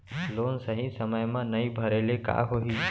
Loan सही समय मा नई भरे ले का होही?